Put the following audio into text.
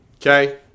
Okay